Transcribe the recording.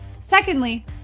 Secondly